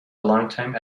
longtime